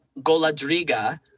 Goladriga